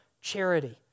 charity